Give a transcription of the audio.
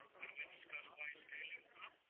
but we discuss why scaling up,